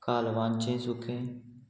कालवांचें सुकें